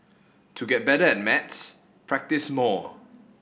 to get better at maths practise more